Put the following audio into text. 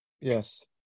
Yes